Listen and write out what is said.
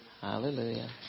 Hallelujah